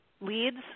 leads